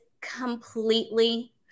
completely